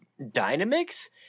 Dynamix